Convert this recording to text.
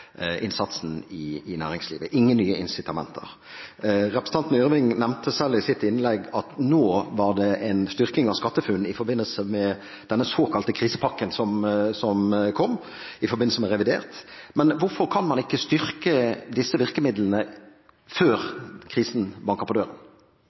styrke innsatsen i næringslivet der, ingen nye incitamenter. Representanten Yrvin nevnte selv i sitt innlegg at det var en styrking av SkatteFUNN i forbindelse med denne såkalte krisepakken som kom i revidert. Hvorfor kan man ikke styrke disse virkemidlene før